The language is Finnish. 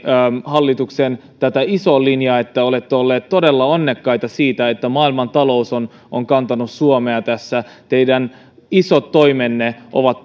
hallituksen isoa linjaa olette olleet todella onnekkaita että maailmantalous on on kantanut suomea tässä teidän isot toimenne ovat